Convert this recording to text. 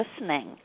listening